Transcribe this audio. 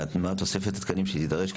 ומה תוספת התקנים שתידרש,